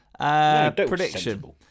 Prediction